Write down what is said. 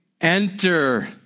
enter